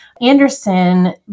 Anderson